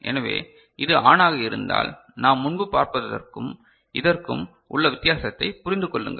எனவே இது ஆனாக இருந்தால் நாம் முன்பு பார்த்ததற்கும் இதற்கும் உள்ள வித்தியாசத்தை புரிந்து கொள்ளுங்கள்